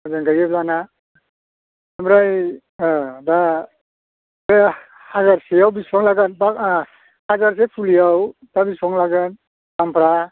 मोजां गायोब्ला ना ओमफ्राय दा बे हाजारसेयाव बेसेबां लागोन हाजारसे फुलियाव दा बेसेबां लागोन दामफ्रा